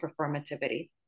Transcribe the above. performativity